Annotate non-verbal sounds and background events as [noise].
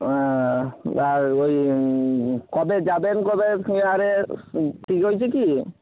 [unintelligible] আর ওই কবে যাবেন কবে আরে ঠিক হয়েছে কি